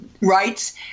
rights